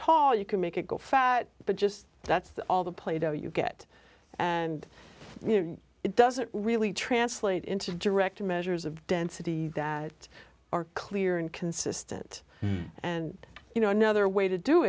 tall you can make it go fat but just that's all the play dough you get and it doesn't really translate into direct measures of density that are clear and consistent and you know another way to do